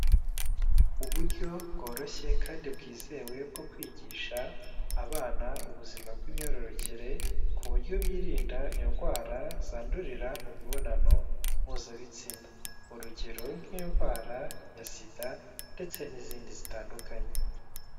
Uburyo bworoshye kandi bwizewe bwo kwigisha abana ubuzima bw'imyororokere, ku buryo birinda indwara zandurira mu mibonano mpuzabitsina, urugero nk'indwara ya SIDA ndetse n'izindi zitandukanye.